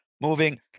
moving